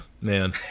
man